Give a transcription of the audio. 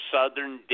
Southern